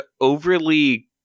overly